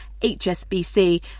HSBC